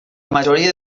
mayoría